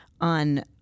on